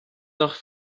noch